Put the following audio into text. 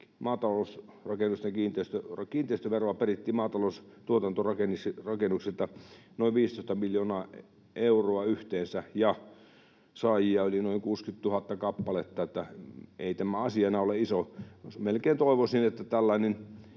vuodelta, 2021, kiinteistöveroa perittiin maataloustuotantorakennuksilta noin 15 miljoonaa euroa yhteensä, ja saajia oli noin 60 000 kappaletta, niin että ei tämä asiana ole iso. Melkein toivoisin, että tällainen